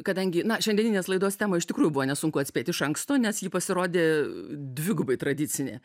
kadangi na šiandieninės laidos temą iš tikrųjų buvo nesunku atspėt iš anksto nes ji pasirodė dvigubai tradicinė